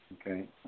okay